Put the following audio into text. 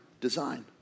design